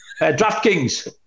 DraftKings